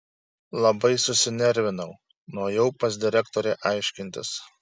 labai susinervinau nuėjau pas direktorę aiškintis